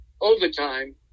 overtime